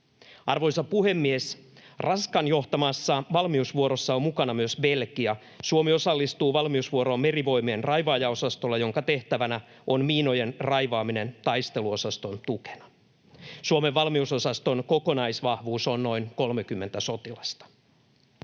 Arvoisa puhemies! Ranskan johtamassa valmiusvuorossa on mukana myös Belgia. Suomi osallistuu valmiusvuoroon Merivoimien raivaajaosastolla, jonka tehtävänä on miinojen raivaaminen taisteluosaston tukena. Suomen valmiusosaston kokonaisvahvuus on noin 30 sotilasta.